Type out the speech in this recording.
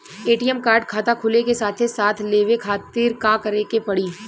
ATM card खाता खुले के साथे साथ लेवे खातिर का करे के पड़ी?